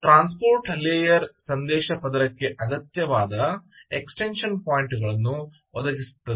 transport layer ಸಂದೇಶ ಪದರಕ್ಕೆ ಅಗತ್ಯವಾದ ಎಕ್ಷಟೆನ್ಷನ್ ಪಾಯಿಂಟ್ಗಳನ್ನು ಒದಗಿಸುತ್ತದೆ